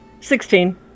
Sixteen